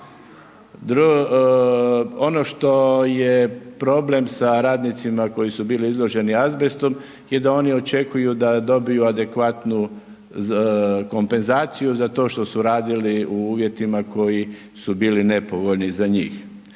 Ono što je problem sa radnicima koji su bili izloženi azbestu je da oni očekuju da dobiju adekvatnu kompenzaciju za to što su radili u uvjetima koji su bili nepovoljni za njih.